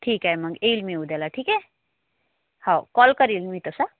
ठीक आहे मग येईल मी उद्याला ठीक आहे हो कॉल करील मी तसा